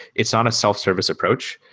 it's on a self-service approach.